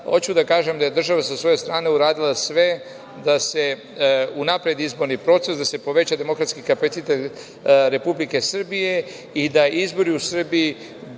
da kažem da je država sa svoje strane uradila sve da se unapredi izborni proces, da se poveća demokratski kapacitet Republike Srbije i da izbori u Srbiji